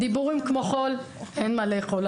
דיבורים כמו חול ואין מה לאכול.